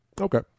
Okay